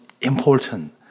important